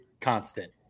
Constant